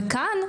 וכאן,